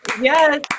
Yes